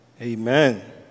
Amen